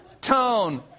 tone